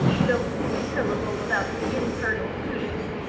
don't say a syllable about the infernal twoness.